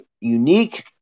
unique